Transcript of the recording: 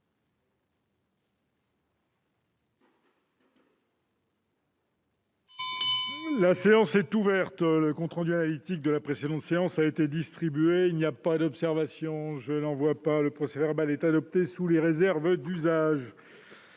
La séance est ouverte. Le compte rendu analytique de la précédente séance a été distribué. Il n'y a pas d'observation ?... Le procès-verbal est adopté sous les réserves d'usage.